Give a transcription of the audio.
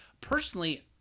Personally